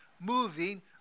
moving